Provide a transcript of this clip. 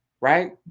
right